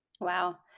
Wow